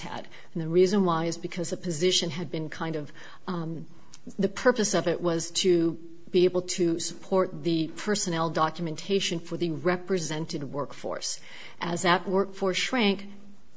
had and the reason why is because a position had been kind of the purpose of it was to be able to support the personnel documentation for the represented workforce as at work for schrank